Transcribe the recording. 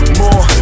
more